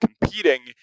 competing